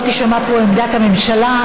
לא תישמע פה עמדת הממשלה.